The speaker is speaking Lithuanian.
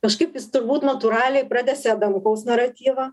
kažkaip jis turbūt natūraliai pratęsė adamkaus naratyvą